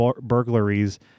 burglaries